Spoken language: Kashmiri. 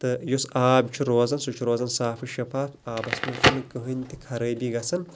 تہٕ یُس آب چھُ روزان سُہ چھِ روزان صاف و شَفاف آبَس منٛز چھِنہٕ کٕہنٛۍ تہِ خَرٲبی گَژھان